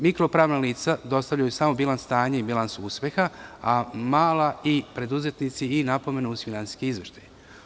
Mikro pravna lica dostavljaju samo bilans stanja i bilans uspeha, a mala i preduzetnici i napomenu uz finansijski izveštaj.